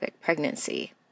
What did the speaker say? pregnancy